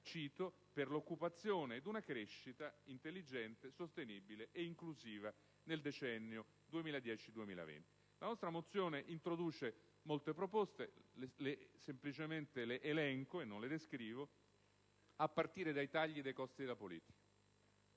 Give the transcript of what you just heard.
«per l'occupazione ed una crescita intelligente, sostenibile e inclusiva» nel decennio 2010-2020. La nostra mozione introduce molte proposte (che semplicemente elenco senza descrivere), a partire dai tagli dei costi della politica.